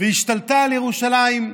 והשתלטה על ירושלים,